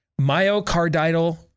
Myocardial